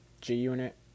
G-Unit